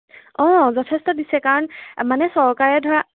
অঁ যথেষ্ট দিছে কাৰণ মানে চৰকাৰে ধৰা